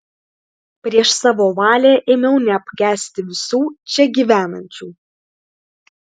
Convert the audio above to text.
prieš savo valią ėmiau neapkęsti visų čia gyvenančių